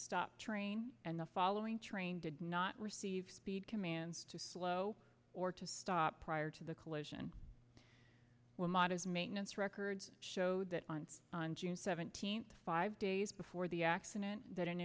stop train and the following train did not receive speed commands to slow or to stop prior to the collision when models maintenance records showed that on june seventeenth five days before the accident that an